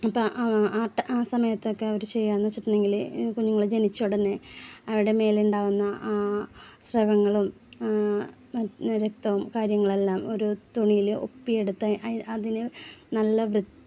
അപ്പം ആ ആ ട സമയത്തൊക്കെ അവര് ചെയ്യാന്ന് വെച്ചിട്ടുണ്ടെങ്കില് കുഞ്ഞുങ്ങൾ ജനിച്ച ഉടനെ അവരുടെ മേലുണ്ടാകുന്ന ആ സ്രവങ്ങളും രക്തം കാര്യങ്ങളെല്ലാം ഒര് തുണിയില് ഒപ്പി എടുത്ത് അതിന് നല്ല വൃത്തിയാക്കി